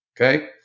Okay